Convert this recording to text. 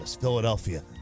Philadelphia